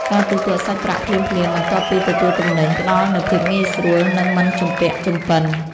ការទូទាត់សាច់ប្រាក់ភ្លាមៗបន្ទាប់ពីទទួលទំនិញ ផ្តល់នូវភាពងាយស្រួល និងមិនជំពាក់ជំពិន។